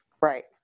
Right